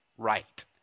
Right